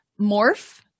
morph